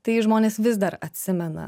tai žmonės vis dar atsimena